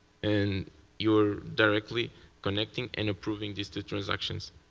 and you're directly connecting and approving these two transactions.